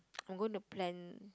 I'm going to plan